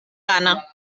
gana